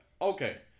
Okay